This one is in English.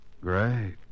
Great